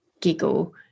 giggle